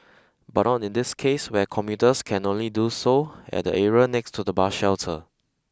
but on in this case where commuters can only do so at the area next to the bus shelter